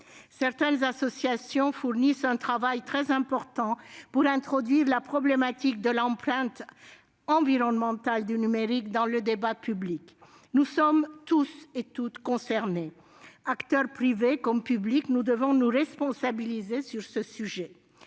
Certaines associations fournissent un travail important pour introduire la problématique de l'empreinte environnementale du numérique dans le débat public. Nous sommes tous et toutes concernés. Acteurs privés comme publics, nous devons nous responsabiliser sur ce sujet.